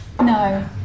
no